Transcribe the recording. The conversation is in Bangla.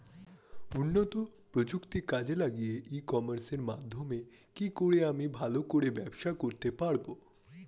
উন্নত প্রযুক্তি কাজে লাগিয়ে ই কমার্সের মাধ্যমে কি করে আমি ভালো করে ব্যবসা করতে পারব?